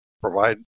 provide